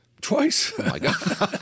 Twice